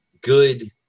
good